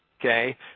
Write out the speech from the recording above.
okay